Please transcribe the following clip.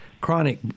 chronic